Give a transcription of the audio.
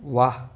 ವಾಹ್